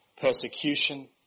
persecution